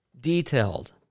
detailed